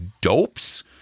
dopes